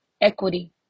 equity